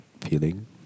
feeling